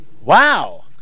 Wow